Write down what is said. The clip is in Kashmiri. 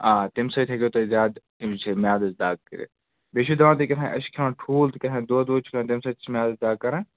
آ تمہِ سۭتۍ ہیٚکِو تۄہہِ زیادٕ اَمِچ میادٕچ دگ کٔرِتھ بیٚیہِ چھِ دَپان تُہۍ کیٛاہ تھانۍ أسۍ چھِ کھیٚوان ٹھوٗل تہِ کیٛاہ تھانۍ دۄد وود چھِ کھیٚوان تَمہِ سۭتۍ چھِ میادس دگ کَران